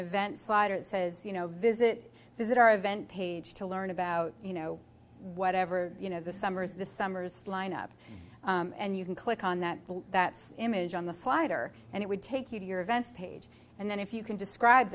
event slide it says you know visit visit our event page to learn about you know whatever you know this summer is this summer's lineup and you can click on that bill that's image on the slider and it would take you to your events page and then if you can describe